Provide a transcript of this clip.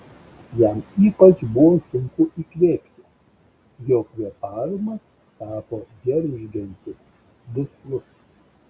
jam ypač buvo sunku įkvėpti jo kvėpavimas tapo džeržgiantis duslus